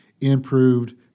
improved